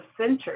Center